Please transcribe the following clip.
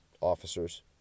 officers